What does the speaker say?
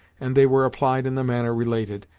and they were applied in the manner related,